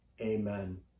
amen